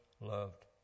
loved